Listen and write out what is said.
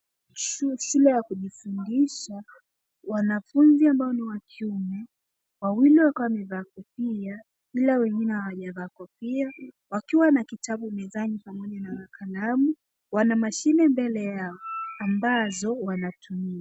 Shule ya kujifundisha. Wanafunzi ambao ni wa kiume, wawili wakiwa wamevaa kofia ila wengine hawajavaa kofia , wakiwa na kitabu mezani pamoja na kalamu. Wana mashine mbele yao ambayo wanatumia.